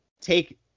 take